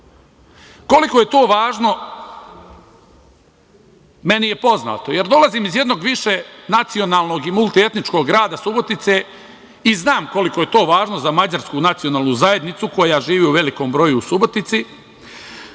Koliko je to važno, meni je poznato, jer dolazim iz jednog višenacionalnog i multietničkog grada Subotice i znam koliko je to važno za mađarsku nacionalnu zajednicu koja živi u velikom broju u Subotici,